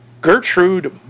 Gertrude